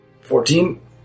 Fourteen